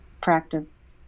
Practice